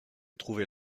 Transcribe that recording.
trouvait